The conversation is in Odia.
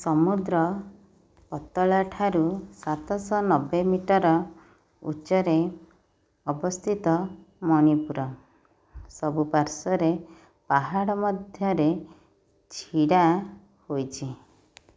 ସମୁଦ୍ର ପତଳା ଠାରୁ ସାତଶହ ନବେ ମିଟର୍ ଉଚ୍ଚରେ ଅବସ୍ଥିତ ମଣିପୁର ସବୁ ପାର୍ଶ୍ୱରେ ପାହାଡ଼ ମଧ୍ୟରେ ଛିଡ଼ା ହୋଇଛି